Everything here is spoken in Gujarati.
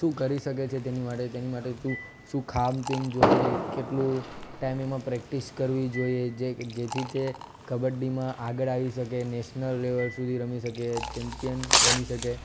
શું કરી શકે છે તેની માટે તેની માટે શું શું ખાનપાન જોઈએ કેટલું ટાઇમિંગમાં પ્રેક્ટિસ કરવી જોઈએ જે જેથી તે કબડ્ડીમાં આગળ આવી શકે નેશનલ લેવલ સુધી રમી શકે ચેમ્પિયન બની શકે